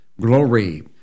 Glory